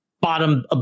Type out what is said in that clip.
bottom